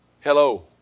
Hello